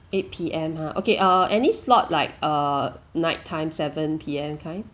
eight P_M ha okay uh any slot like err night time seven P_M kind